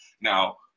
now